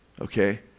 Okay